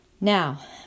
Now